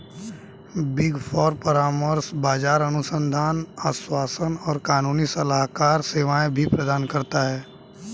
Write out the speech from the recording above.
big four परामर्श, बाजार अनुसंधान, आश्वासन और कानूनी सलाहकार सेवाएं भी प्रदान करता है